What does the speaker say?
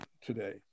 today